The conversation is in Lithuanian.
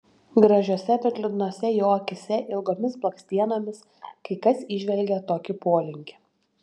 gražiose bet liūdnose jo akyse ilgomis blakstienomis kai kas įžvelgia tokį polinkį